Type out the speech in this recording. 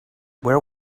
where